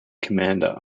commander